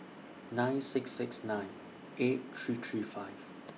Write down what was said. nine six six nine eight three three five